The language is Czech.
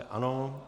Ano.